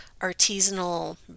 artisanal